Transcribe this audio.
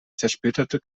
zersplitterte